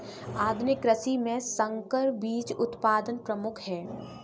आधुनिक कृषि में संकर बीज उत्पादन प्रमुख है